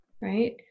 right